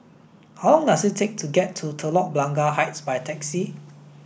how long does it take to get to Telok Blangah Heights by taxi